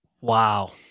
Wow